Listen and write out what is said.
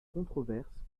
controverses